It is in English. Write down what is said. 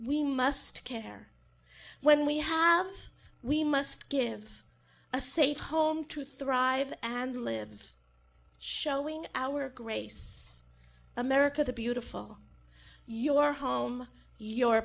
we must care when we have we must give a safe home to thrive and live showing our grace america the beautiful your home your